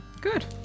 Good